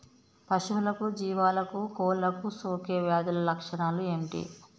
పశువులకు జీవాలకు కోళ్ళకు సోకే వ్యాధుల లక్షణాలు ఏమిటి?